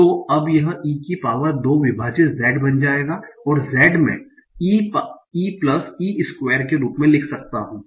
तो अब यह e की पावर 2 विभाजित Z बन जाएगा और जेड मैं e प्लस e स्क्वायर के रूप में लिख सकता हूं